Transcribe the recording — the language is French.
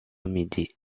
midi